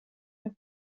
have